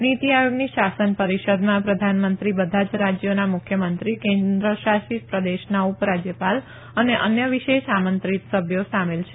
નીતી આયોગની શાસન પરિષદમાં પ્રધાનમંત્રી બધા રાજયોના મુખ્યમંત્રી કેન્દ્ર શાસિત પ્રદેશના ઉપ રાજયપાલ અને અન્ય વિશેષ આમંત્રિત સભ્યો સામેલ છે